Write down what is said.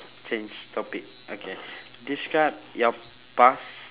change topic okay describe your past